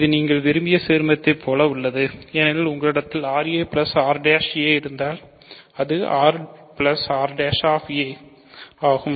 இது நீங்கள் விரும்பிய சீர்மத்தை போல உள்ளது ஏனெனில் உங்களிடம் ra r' a இருந்தால் அது a ஆகும்